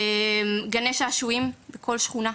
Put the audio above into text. גני שעשועים בכל שכונה.